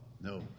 No